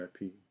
VIP